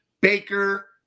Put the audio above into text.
Baker